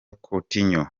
coutinho